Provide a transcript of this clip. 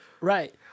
right